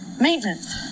maintenance